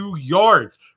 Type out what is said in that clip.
yards